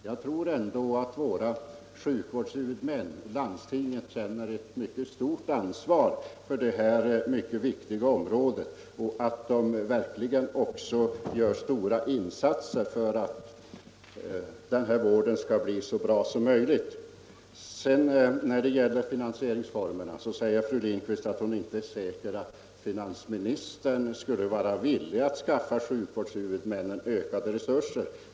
Jag tror att våra sjukvårdshuvudmän, landstingen, känner ett mycket stort ansvar för detta mycket viktiga område och att de verkligen också gör stora insatser för att denna vård skall bli så bra som möjligt. När det gäller finansieringsformerna säger fru Lindquist att hon inte är säker på att finansministern skulle vara villig att skaffa sjukvårdshuvudmännen ökade resurser.